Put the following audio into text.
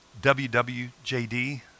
WWJD